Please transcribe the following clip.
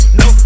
no